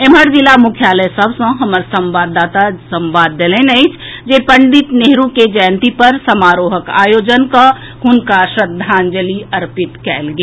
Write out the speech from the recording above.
एम्हर जिला मुख्यालय सभ सॅ हमर संवाददाता संवाद देलनि अछि जे पंडित नेहरू के जयंती पर समारोहक आयोजन कऽ हुनका श्रद्धांजलि अर्पित कयल गेल